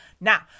Now